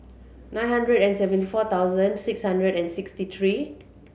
nine hundred and seventy four thousand six hundred and sixty three